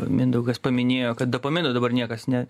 mindaugas paminėjo kad dopamino dabar niekas ne